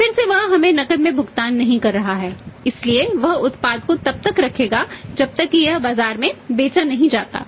फिर से वह हमें नकद में भुगतान नहीं कर रहा है इसलिए वह उत्पाद को तब तक रखेगा जब तक कि यह बाजार में बेचा नहीं जाता